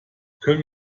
können